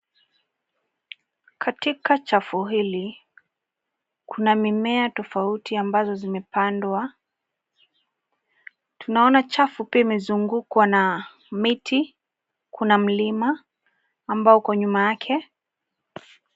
Katika chafu hili kuna mimea tofauti ambazo zimepandwa. Tunaona chafu pia imezungukwa na miti. Kuna mlima ambao uko nyuma yake.